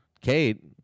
Kate